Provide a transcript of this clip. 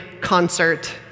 concert